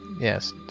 yes